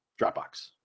Dropbox